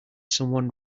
someone